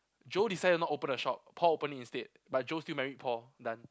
Joe decided not open a shop Paul open it instead but Joe still married Paul done